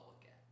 again